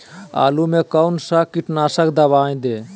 आलू में कौन सा कीटनाशक दवाएं दे?